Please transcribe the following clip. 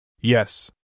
Yes